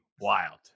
wild